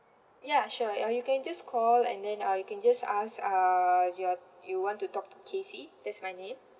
ya sure or you can just call and then uh you can just ask uh you're you want to talk to casey that's my name